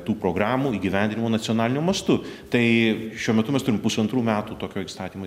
tų programų įgyvendinimo nacionaliniu mastu tai šiuo metu mes turim pusantrų metų tokio įstatymo